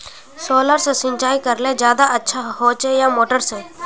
Solar से सिंचाई करले ज्यादा अच्छा होचे या मोटर से?